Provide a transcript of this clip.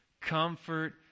Comfort